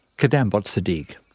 kadambot siddique.